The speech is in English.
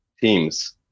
teams